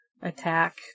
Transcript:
attack